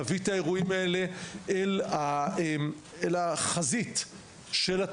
נביא את האירועים האלה אל חזית התקשורת.